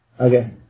Okay